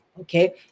Okay